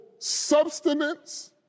Substance